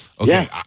Okay